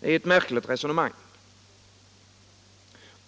Det är ett märkligt resonemang.